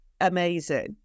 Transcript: amazing